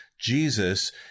Jesus